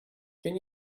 can